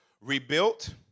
rebuilt